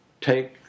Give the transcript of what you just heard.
take